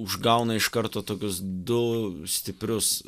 užgauna iš karto tokius du stiprius